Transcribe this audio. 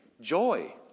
joy